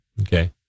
okay